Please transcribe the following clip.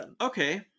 Okay